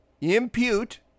Impute